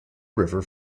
river